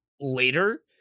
later